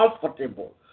comfortable